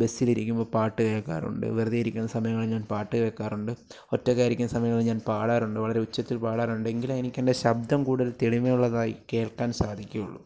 ബസ്സിൽ ഇരിക്കുമ്പോൾ പാട്ട് കേൾക്കാറുണ്ട് വെറുതെ ഇരിക്കുന്ന സമയങ്ങളിൽ ഞാൻ പാട്ട് കേൾക്കാറുണ്ട് ഒറ്റയ്ക്കായിരിക്കുന്ന സമയങ്ങളിൽ ഞാൻ പാടാറുണ്ട് വളരെ ഉച്ചത്തിൽ പാടാറുണ്ട് എങ്കിലും എനിക്ക് എൻ്റെ ശബ്ദം കൂടുതൽ തെളിമയുള്ളതായി കേൾക്കാൻ സാധിക്കുകയുള്ളൂ